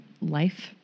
life